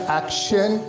action